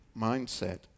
mindset